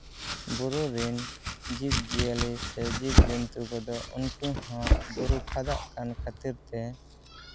ᱵᱩᱨᱩ ᱨᱮᱱ ᱡᱤᱵᱽᱼᱡᱤᱭᱟᱹᱞᱤ ᱥᱮ ᱡᱤᱵᱽᱼᱡᱚᱱᱛᱩ ᱠᱚᱫᱚ ᱩᱱᱠᱩ ᱦᱚᱸ ᱵᱩᱨᱩ ᱯᱷᱟᱫᱟᱜ ᱠᱟᱱ ᱠᱷᱟᱹᱛᱤᱨ ᱛᱮ